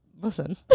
Listen